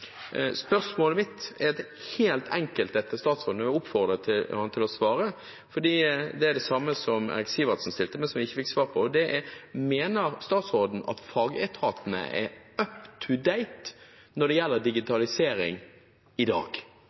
spørsmålet mitt er et helt enkelt et til statsråden, og jeg vil oppfordre ham til å svare, for det er det samme som representanten Sivertsen stilte, men ikke fikk svar på. Det er: Mener statsråden at fagetatene er up-to-date når det gjelder digitalisering i dag?